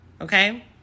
Okay